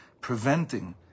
preventing